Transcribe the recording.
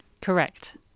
Correct